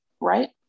right